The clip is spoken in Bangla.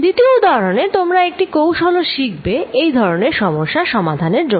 দ্বিতীয় উদাহরনে তোমরা একটি কৌশলও শিখবে এই ধরনের সমস্যা সমাধানের জন্য